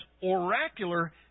oracular